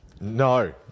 No